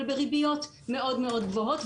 אבל בריביות מאוד מאוד גבוהות,